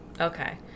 Okay